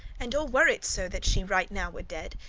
and all were it so that she right now were dead,